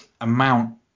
amount